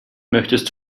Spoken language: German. möchtest